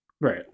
Right